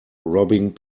robbing